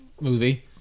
movie